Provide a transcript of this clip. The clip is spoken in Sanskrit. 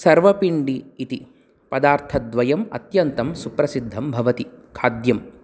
सर्वपिण्डि इति पदार्थद्वयम् अत्यन्तं सुप्रसिद्धं भवति खाद्यं